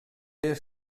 també